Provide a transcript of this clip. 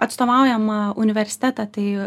atstovaujamą universitetą tai